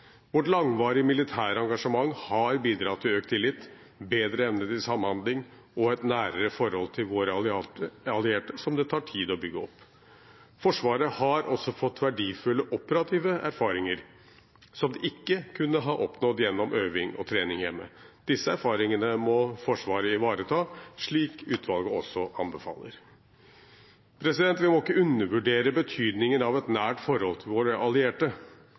Vårt langvarige militære engasjement har bidratt til økt tillit, bedre evne til samhandling og et nærere forhold til våre allierte, som det tar tid å bygge opp. Forsvaret har også fått verdifulle operative erfaringer, som de ikke kunne ha oppnådd gjennom øving og trening hjemme. Disse erfaringene må Forsvaret ivareta, slik utvalget også anbefaler. Vi må ikke undervurdere betydningen av et nært forhold til våre allierte.